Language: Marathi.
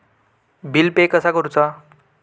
बिल पे कसा करुचा?